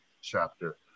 chapter